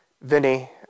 Vinny